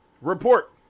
Report